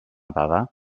dada